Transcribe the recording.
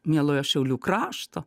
mielojo šiaulių krašto